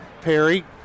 perry